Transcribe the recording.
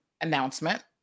announcement